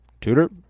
Tutor